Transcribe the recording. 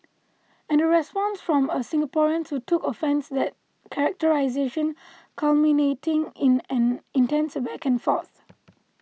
and a response from a Singaporean to took offence that characterisation culminating in an intense back and forth